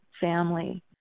family